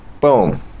Boom